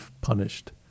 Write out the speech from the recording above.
punished